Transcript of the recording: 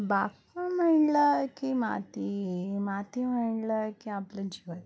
बागकाम म्हटलं की माती माती म्हणलं की आपलं जीवन